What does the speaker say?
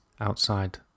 outside